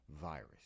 virus